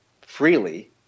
freely